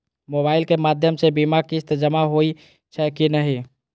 Mobile के माध्यम से सीमा किस्त जमा होई छै कि नहिं?